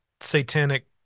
satanic